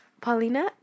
Paulina